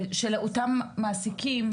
אותם מעסיקים,